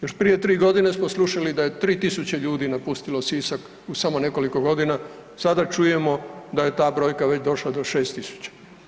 Još prije 3.g. smo slušali da je 3000 ljudi napustilo Sisak u samo nekoliko godina, sada čujemo da je ta brojka već došla do 6000.